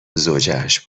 زوجهاش